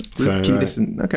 okay